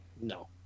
No